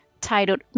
titled